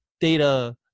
data